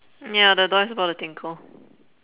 ya the dog is about to tinkle